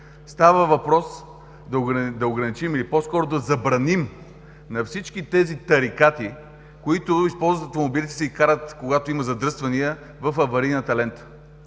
Става въпрос да ограничим, или по-скоро да забраним на всички тези тарикати, които използват автомобилите си и карат, когато има задръствания, в аварийната лента.